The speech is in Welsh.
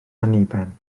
anniben